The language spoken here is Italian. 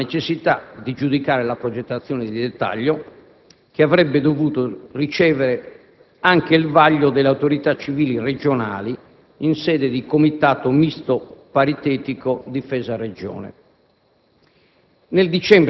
ferma restando la necessità di giudicare la progettazione di dettaglio che avrebbe dovuto ricevere anche il vaglio delle autorità civili regionali in sede di Comitato misto paritetico Difesa-Regione.